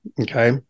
Okay